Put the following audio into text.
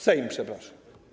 Sejm, przepraszam.